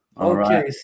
Okay